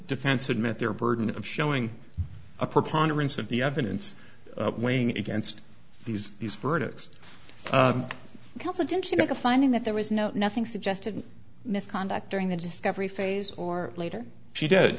defense had met their burden of showing a preponderance of the evidence weighing against these these verdicts competent to make a finding that there was no nothing suggested misconduct during the discovery phase or later she did